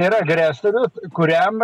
yra agresorius kuriam